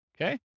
Okay